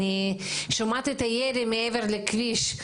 אני שומעת את הירי מעבר לכביש,